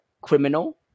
criminal